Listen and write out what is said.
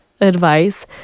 advice